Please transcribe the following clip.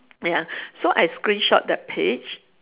ya so I screenshot that page